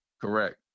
Correct